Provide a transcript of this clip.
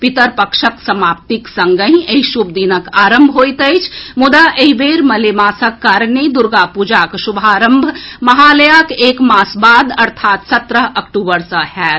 पितरपक्षक समाप्ति के संगहि एहि शुभ दिनक आरंभ होइत अछि मुदा एहि बेर मलेमासक कारणे दुर्गापूजाक शुभारंभ महालयाक एक मास बाद अर्थात् सत्रह अक्टूबर सॅ होयत